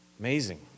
amazing